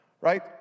right